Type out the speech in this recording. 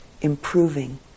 improving